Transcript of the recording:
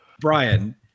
Brian